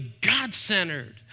God-centered